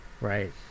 Right